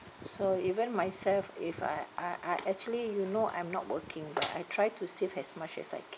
so even myself if I I I actually you know I'm not working but I try to save as much as I can